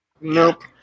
Nope